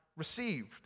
Received